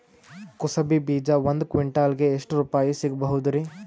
ಕುಸಬಿ ಬೀಜ ಒಂದ್ ಕ್ವಿಂಟಾಲ್ ಗೆ ಎಷ್ಟುರುಪಾಯಿ ಸಿಗಬಹುದುರೀ?